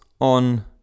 on